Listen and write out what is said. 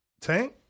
Tank